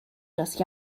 dass